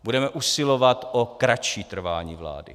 Budeme usilovat o kratší trvání vlády.